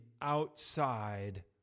outside